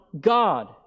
God